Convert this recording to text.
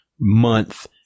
month